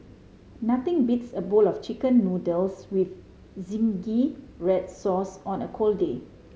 nothing beats a bowl of Chicken Noodles with zingy red sauce on a cold day